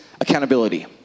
accountability